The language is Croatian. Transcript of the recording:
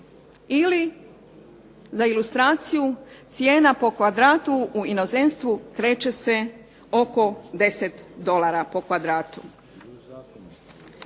Ili, za ilustraciju, cijena po kvadratu u inozemstvu kreće se oko 10 dolara po kvadratu.